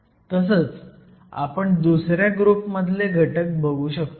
तसंच आपण दुसऱ्या ग्रुप मधले घटक बघू शकतो